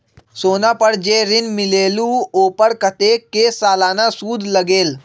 सोना पर जे ऋन मिलेलु ओपर कतेक के सालाना सुद लगेल?